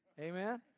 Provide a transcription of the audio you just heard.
Amen